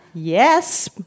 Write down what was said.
Yes